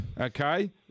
Okay